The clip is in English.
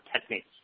techniques